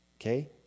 okay